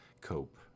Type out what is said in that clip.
cope